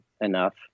enough